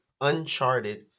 Uncharted